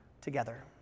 together